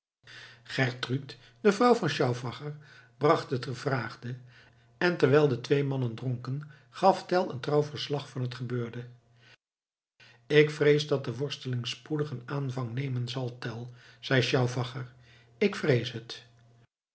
de vrouw van stauffacher bracht het gevraagde en terwijl de twee mannen dronken gaf tell een trouw verslag van het gebeurde ik vrees dat de worsteling spoedig een aanvang nemen zal tell zeide stauffacher ik vrees het